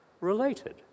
related